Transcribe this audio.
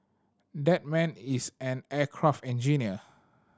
that man is an aircraft engineer